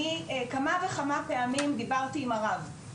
אני כמה וכמה פעמים דיברתי עם הרב,